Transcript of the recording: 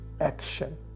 action